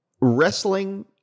wrestling